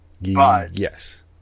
Yes